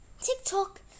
tiktok